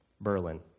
Berlin